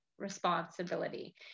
responsibility